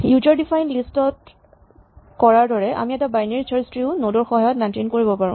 user defined list ত কৰাৰ দৰে আমি এটা বাইনেৰী চাৰ্চ ট্ৰী ও নড ৰ সহায়ত মেইন্টেইন কৰিব পাৰো